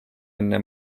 enne